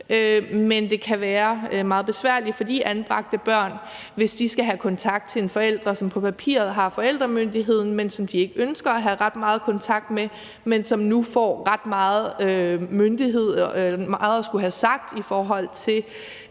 men det kan være meget besværligt for de anbragte børn, hvis de skal have kontakt til en forælder, som på papiret har forældremyndigheden, men som de ikke ønsker at have ret meget kontakt med, og som nu får ret meget at skulle have sagt, i forhold til